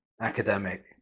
academic